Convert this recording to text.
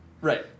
right